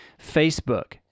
Facebook